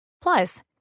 Plus